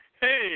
Hey